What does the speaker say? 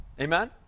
Amen